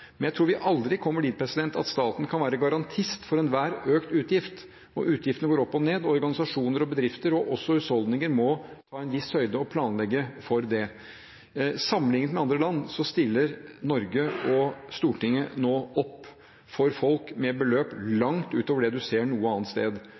Men jeg tror vi aldri kommer dit at staten kan være garantist for enhver økt utgift. Utgiftene går opp og ned, og organisasjoner og bedrifter, og også husholdninger, må ta en viss høyde for og planlegge for det. Sammenlignet med andre land stiller Norge og Stortinget nå opp for folk med beløp